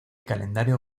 calendario